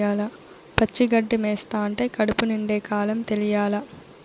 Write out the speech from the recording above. పచ్చి గడ్డి మేస్తంటే కడుపు నిండే కాలం తెలియలా